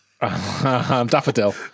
daffodil